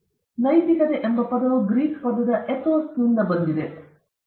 ಆದ್ದರಿಂದ ನೈತಿಕತೆ ಎಂಬ ಪದವು ಗ್ರೀಕ್ ಪದದ ಎಥೋಸ್ ನಿಂದ ಬಂದಿದೆ ಇದು ಅಕ್ಷರ ಎಂದರೆ